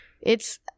It's-